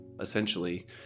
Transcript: essentially